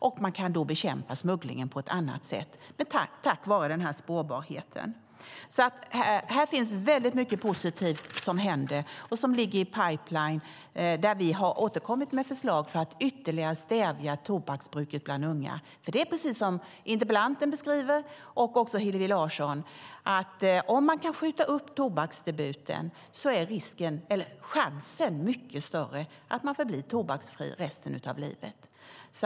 Man kommer att kunna bekämpa smugglingen på ett annat sätt tack vare den här spårbarheten. Det är väldigt mycket positivt som händer och som ligger i pipeline, där vi har återkommit med förslag för att ytterligare stävja tobaksbruket bland unga. Det är precis som interpellanten och också Hillevi Larsson beskriver: Om man kan skjuta upp tobaksdebuten är chansen mycket större att man förblir tobaksfri resten av livet.